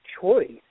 choice